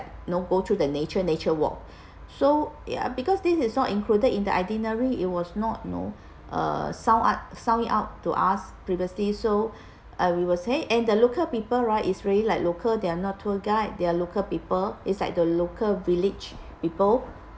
you know go through the nature nature walk so ya because this is not included in the itinerary it was not know uh sound out sound it out to us previously so uh we will say and the local people right is really like local they are not tour guide they are local people is like the local village people